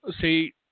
see